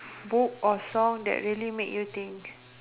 book or song that really make you think